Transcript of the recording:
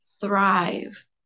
thrive